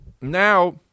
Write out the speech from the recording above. now